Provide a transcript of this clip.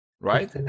Right